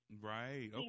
Right